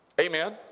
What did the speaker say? Amen